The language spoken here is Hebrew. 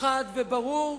חד וברור,